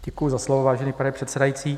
Děkuji za slovo, vážený pane předsedající.